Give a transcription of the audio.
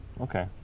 Okay